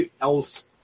else